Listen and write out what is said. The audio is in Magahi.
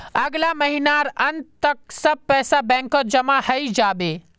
अगला महीनार अंत तक सब पैसा बैंकत जमा हइ जा बे